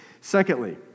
Secondly